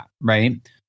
right